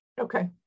Okay